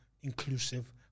inclusive